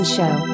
Show